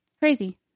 Crazy